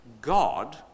God